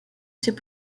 ses